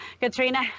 Katrina